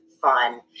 fun